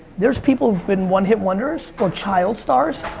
there's people who've been one hit wonders or child stars,